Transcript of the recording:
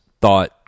thought